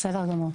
בסדר גמור.